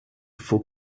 for